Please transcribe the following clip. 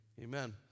amen